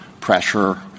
pressure